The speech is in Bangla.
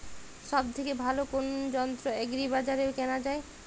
সব থেকে ভালো কোনো যন্ত্র এগ্রি বাজারে কেনা যায়?